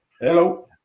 Hello